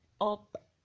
up